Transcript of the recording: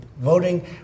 Voting